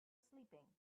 sleeping